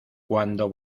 cuando